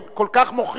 כל כך מוחים.